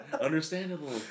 understandable